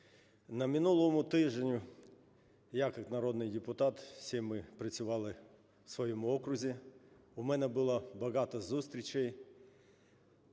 На минулому тижні я як народний депутат, всі ми працювали в своєму окрузі. У мене було багато зустрічей,